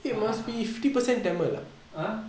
!huh!